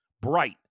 Bright